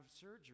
surgery